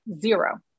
zero